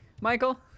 Michael